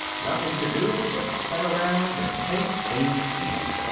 nothing to do but sit around and take things easy.